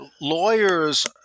lawyers